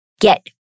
get